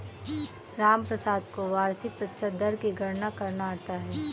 रामप्रसाद को वार्षिक प्रतिशत दर की गणना करना आता है